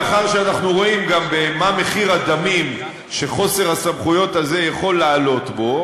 לאחר שאנחנו רואים גם מה מחיר הדמים שחוסר הסמכויות הזה יכול לעלות בו,